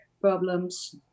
problems